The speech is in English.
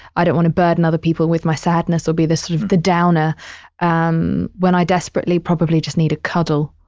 i don't want to burden other people with my sadness or be this sort of the downer um when i desperately probably just need a cuddle,